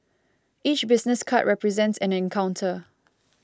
each business card represents an encounter